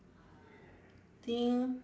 think